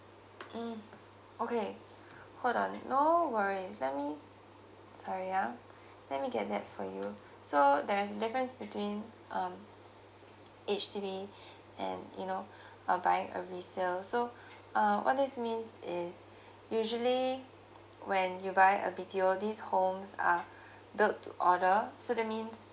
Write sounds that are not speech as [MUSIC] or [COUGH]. mm okay [BREATH] hold on no worries let me sorry ah [BREATH] let me get that for you so there is difference between um H_D_B [BREATH] and you know [BREATH] uh buying a resale so [BREATH] uh what this means is [BREATH] usually when you buy a B_T_O this homes are [BREATH] built to order so that means